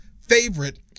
favorite